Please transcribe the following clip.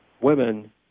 women